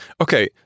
Okay